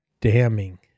damning